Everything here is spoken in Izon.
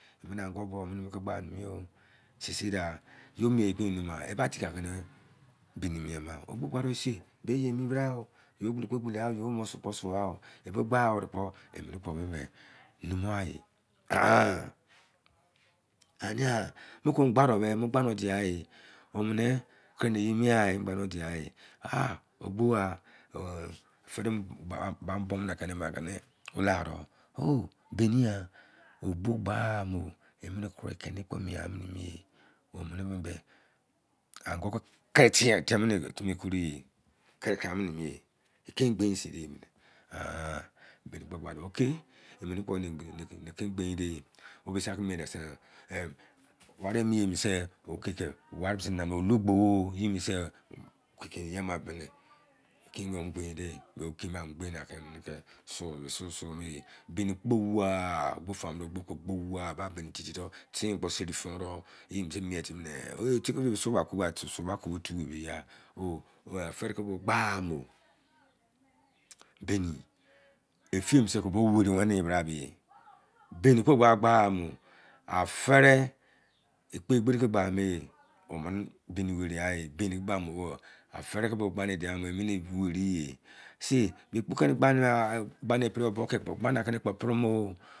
E mẹnẹ ongu bọ mọ kẹ ba emi-yọ sei sei da ye mien ko numughan e ba tẹ kẹ nẹ imẹ-ma o gba nẹ sei bẹ mẹ brao yẹ ogbolo kpo gbolo ai ye mọ sọ kpo so aio e ba gba were kpo emẹnẹ numughan e, anẹ yan gba nọ dia ọ mẹnẹ kinẹ ye mien ghan e gba nọ dia e ah ogbo ai, o baini yan o ba paimo emẹnẹ kẹnẹ yẹkpo mien mẹnẹ yẹ, ongu mẹ kẹrẹ tiẹyẹ mọ timi e pre mọ e dain gbein sin e mẹnẹ kpo gba nẹ okay, warẹ mẹ mi yọu bọ sẹ okẹ dọ warẹ bọ sẹ ologbọ o oke mo ma gbe-nẹkẹ so mẹ ma sọ mạ, baini kpo wa mẹ sẹ ologbo kpo wa ba baini titi dọ ten kpo seri tie dọ, mẹ kẹ mien timi nẹ oh tẹ kẹ ba otu sọ ọ afẹrẹ kẹ ba gba mọ baine efẹyẹi sẹ kẹ weri wẹnẹ bra kẹmi baini ba gba mọ efẹrẹ ekpe egberi ke gba e ọ mẹnẹ baini weri ai afere kẹ bọ gba ni dia mẹ emẹnẹ eweriai.